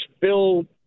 Bill